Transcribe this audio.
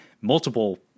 multiple